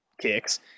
kicks